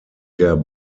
der